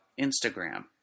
Instagram